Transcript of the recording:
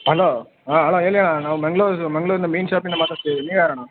hello ಹಾಂ ಅಣ್ಣ ಹೇಳಿ ಅಣ್ಣ ನಾವು ಮಂಗಳೂರು ಮಂಗಳೂರಿಂದ ಮೀನು ಶಾಪಿಂದ ಮಾತಾಡ್ತಾ ಇದೀನಿ ನೀವು ಯಾರಣ್ಣ